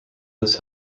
this